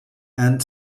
and